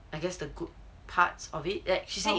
I guess the good parts of it that she say